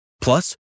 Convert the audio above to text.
Plus